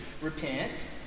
Repent